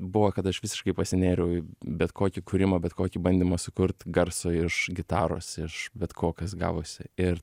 buvo kad aš visiškai pasinėriau į bet kokį kūrimą bet kokį bandymą sukurt garso iš gitaros iš bet ko kas gavosi ir